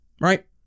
Right